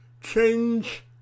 Change